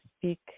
speak